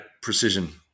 precision